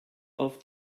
auf